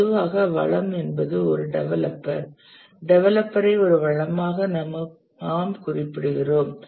பொதுவாக வளம் என்பது ஒரு டெவலப்பர் டெவலப்பரை ஒரு வளமாக நாம் குறிப்பிடுகிறோம்